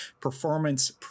performance